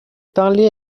parlé